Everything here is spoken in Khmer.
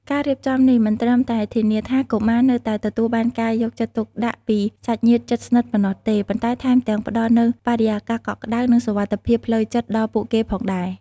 ការរៀបចំនេះមិនត្រឹមតែធានាថាកុមារនៅតែទទួលបានការយកចិត្តទុកដាក់ពីសាច់ញាតិជិតស្និទ្ធប៉ុណ្ណោះទេ ប៉ុន្តែថែមទាំងផ្ដល់នូវបរិយាកាសកក់ក្តៅ និងសុវត្ថិភាពផ្លូវចិត្តដល់ពួកគេផងដែរ។